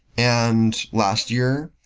and last year,